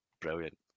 Brilliant